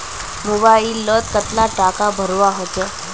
Mobile लोत कतला टाका भरवा होचे?